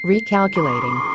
Recalculating